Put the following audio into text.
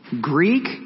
Greek